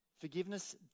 forgiveness